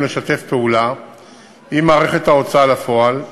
לשתף פעולה עם מערכת ההוצאה לפועל,